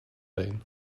pain